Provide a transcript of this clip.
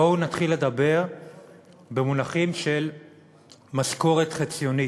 בואו נתחיל לדבר במונחים של משכורת חציונית.